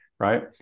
Right